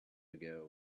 ago